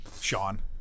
Sean